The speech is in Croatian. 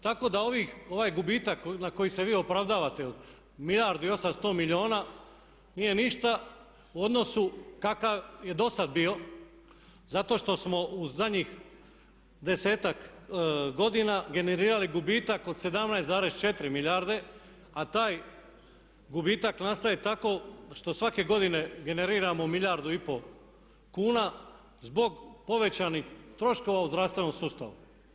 Tako da ovaj gubitak na koji se vi opravdavate od milijardu i 800 milijuna nije ništa u odnosu kakav je dosad bio zato što smo u zadnjih 10-ak godina generirali gubitak od 17,4 milijarde a taj gubitak nastaje tako što svake godine generiramo milijardu i pol kuna zbog povećanih troškova u zdravstvenom sustavu.